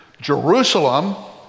Jerusalem